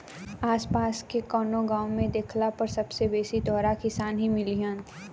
आस पास के कवनो गाँव में देखला पर सबसे बेसी तोहरा किसान ही मिलिहन